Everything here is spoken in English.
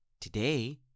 Today